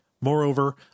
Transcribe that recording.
Moreover